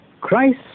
Christ